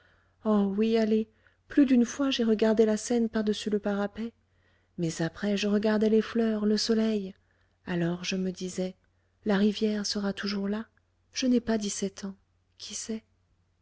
oh oui allez plus d'une fois j'ai regardé la seine par-dessus le parapet mais après je regardais les fleurs le soleil alors je me disais la rivière sera toujours là je n'ai pas dix-sept ans qui sait